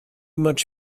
much